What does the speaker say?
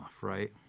right